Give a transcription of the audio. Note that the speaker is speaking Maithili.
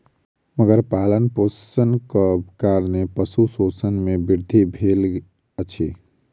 मगर पालनपोषणक कारणेँ पशु शोषण मे वृद्धि भेल अछि